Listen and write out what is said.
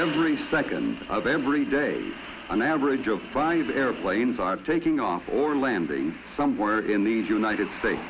every second of every day an average of five airplanes are taking off or landing somewhere in the united states